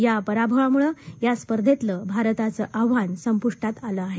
या पराभवामुळं या स्पर्धेतलं भारताचं आव्हान संपृष्टात आलं आहे